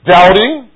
Doubting